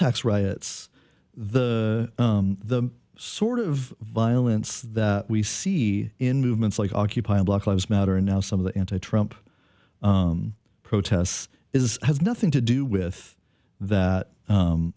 tax riots the the sort of violence that we see in movements like occupy black lives matter now some of the anti trump protests is has nothing to do with that